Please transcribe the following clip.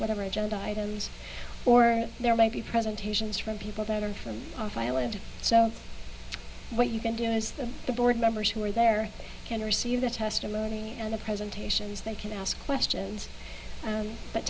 whatever agenda items or there might be presentations from people that are from off island so what you can do is the the board members who are there can receive the testimony and the presentations they can ask questions